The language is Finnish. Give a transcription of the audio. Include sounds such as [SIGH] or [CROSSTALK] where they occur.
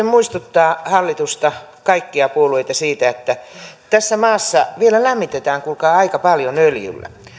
[UNINTELLIGIBLE] muistuttaa hallitusta kaikkia puolueita siitä että tässä maassa vielä lämmitetään kuulkaa aika paljon öljyllä